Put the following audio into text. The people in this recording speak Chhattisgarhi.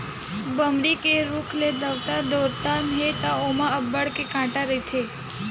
बमरी के रूख ले दतवत टोरना हे त ओमा अब्बड़ के कांटा रहिथे